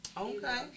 Okay